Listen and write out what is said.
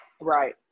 Right